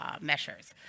measures